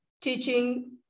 teaching